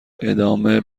ادامه